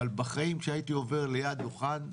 אבל בחיים, כשהייתי עובר ליד דוכן יושב-הראש,